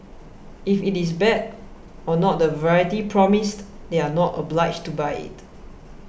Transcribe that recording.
if it is bad or not the variety promised they are not obliged to buy it